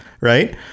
right